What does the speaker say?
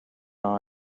hour